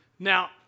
Now